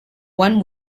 one